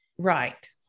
Right